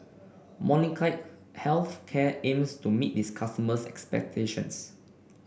Molnylcke Health Care aims to meet its customers' expectations